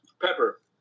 Pepper